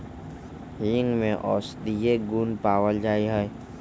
हींग में औषधीय गुण पावल जाहई